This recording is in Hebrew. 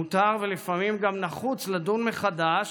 מותר ולפעמים גם נחוץ לדון מחדש